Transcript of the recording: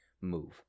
move